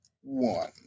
one